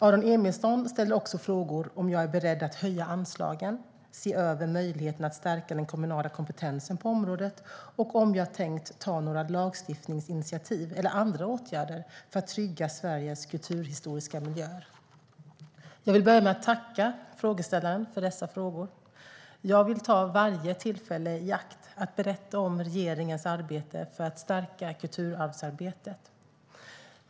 Aron Emilsson har också frågat om jag är beredd att höja anslagen och se över möjligheten att stärka den kommunala kompetensen på området och om jag tänker ta några lagstiftningsinitiativ eller vidta några andra åtgärder för att trygga Sveriges kulturhistoriska miljöer. Jag vill börja med att tacka frågeställaren för dessa frågor. Jag vill ta varje tillfälle i akt att berätta om regeringens arbete för att stärka kulturarvsarbetet.